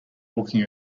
walking